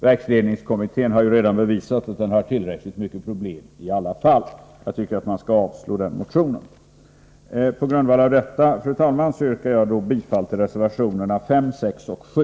Verksledningskommittén har ju bevisat att den redan har tillräckligt många problem, varför jag tycker att man skall avslå motionen. Fru talman! På grund av det sagda yrkar jag bifall till reservationerna 5, 6 och 7.